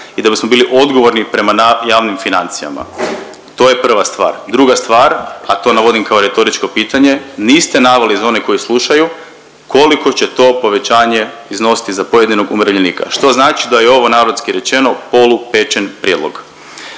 i da bismo bili odgovorni prema javnim financijama. To je prva stvar. Druga stvar, a to navodim kao retoričko pitanje niste naveli za one koji slušaju koliko će to povećanje iznositi za pojedinog umirovljenika, što znači da je ovo narodski rečeno polu pečen prijedlog.